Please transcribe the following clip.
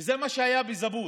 וזה מה שהיה בזבוד,